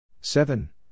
seven